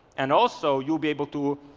and also you'll be able to